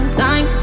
time